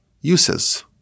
uses